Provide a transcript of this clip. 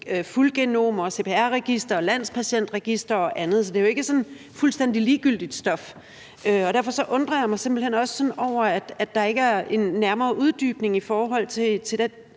fuldgenom, CPR-register, landspatientregister og andet. Så det er jo ikke sådan fuldstændig ligegyldigt stof. Derfor undrer jeg mig simpelt hen også sådan over, at der ikke er en nærmere uddybning i forhold til